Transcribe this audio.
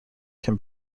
can